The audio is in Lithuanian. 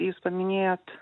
jūs paminėjot